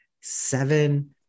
seven